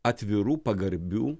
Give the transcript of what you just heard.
atvirų pagarbių